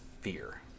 fear